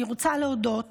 אני רוצה להודות